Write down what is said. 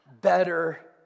better